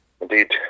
indeed